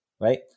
right